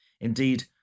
Indeed